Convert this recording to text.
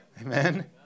Amen